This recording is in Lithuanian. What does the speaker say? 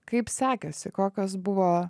kaip sekėsi kokios buvo